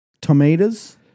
tomatoes